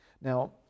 Now